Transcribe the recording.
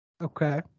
Okay